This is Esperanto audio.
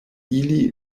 ili